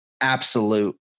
absolute